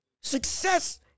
success